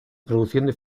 produciendo